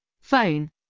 Phone